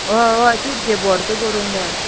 व्हय व्हय तीत गे भर्तो करूंक जाय